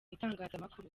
itangazamakuru